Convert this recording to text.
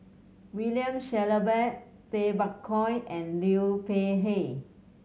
William Shellabear Tay Bak Koi and Liu Peihe